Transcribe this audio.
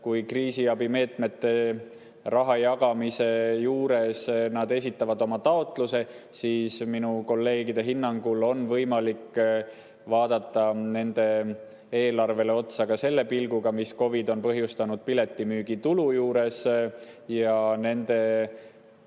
kui kriisiabimeetmete raha jagamise juures nad esitavad oma taotluse, siis minu kolleegide hinnangul on võimalik vaadata nende eelarvele otsa ka selle pilguga, mida COVID on põhjustanud piletimüügitulus. Nende